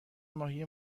ماهی